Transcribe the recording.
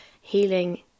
Healing